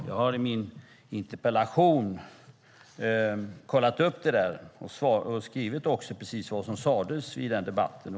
Jag kollade upp det där och skrev precis vad som sades i den debatten.